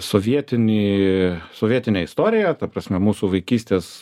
sovietinį sovietinę istoriją ta prasme mūsų vaikystės